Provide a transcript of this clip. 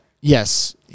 Yes